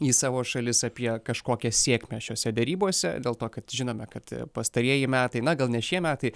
į savo šalis apie kažkokią sėkmę šiose derybose dėl to kad žinome kad pastarieji metai na gal ne šie metai